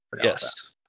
Yes